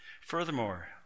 Furthermore